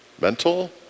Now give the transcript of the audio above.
Mental